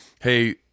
hey